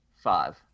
five